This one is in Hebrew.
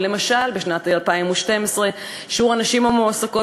למשל בשנת 2012 שיעור הנשים המועסקות